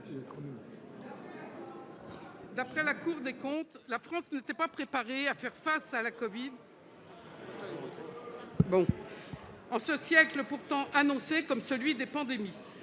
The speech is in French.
D'après la Cour des comptes, la France n'était pas préparée à faire face à la covid en ce siècle pourtant annoncé comme celui des pandémies.